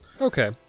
Okay